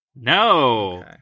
No